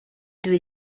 due